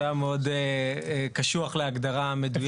שהוא היה מאוד קשוח להגדרה מדויקת.